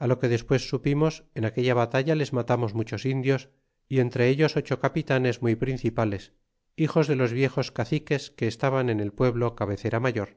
lo que despues supimos en aquella batalla les matamos muchos indios y entre ellos ocho capitanes muy principales hijos de los viejos caciques que estaban en el pueblo cabecera mayor